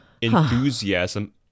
enthusiasm